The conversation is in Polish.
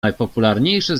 najpopularniejsze